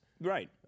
Right